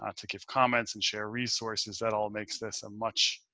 ah to give comments and share resources that all makes this a much,